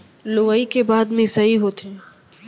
लुवई के बाद मिंसाई होथे